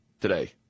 today